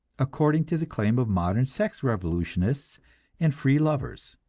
according to the claim of modern sex revolutionists and free lovers.